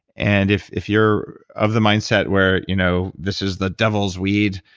and if if you're of the mindset where you know this is the devil's weed,